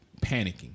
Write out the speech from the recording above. panicking